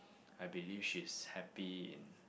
I believe she's happy in